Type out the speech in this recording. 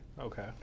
Okay